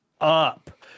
up